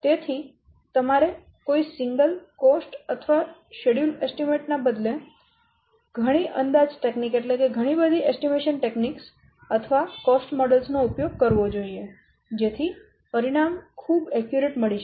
તેથી તમારે કોઈ સિંગલ ખર્ચ અથવા શેડ્યૂલ અંદાજ ના બદલે ઘણી અંદાજ તકનીક અથવા ખર્ચ મોડેલો નો ઉપયોગ કરવો જોઈએ જેથી પરિણામ ખૂબ સચોટ મળી શકે